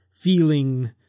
feeling